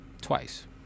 Twice